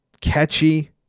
catchy